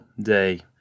day